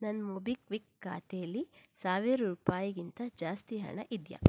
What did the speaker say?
ನನ್ನ ಮೊಬಿಕ್ವಿಕ್ ಖಾತೆಯಲ್ಲಿ ಸಾವಿರ ರೂಪಾಯಿಗಿಂತ ಜಾಸ್ತಿ ಹಣ ಇದೆಯಾ